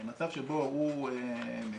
מצב שבו הוא מגיש